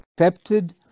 accepted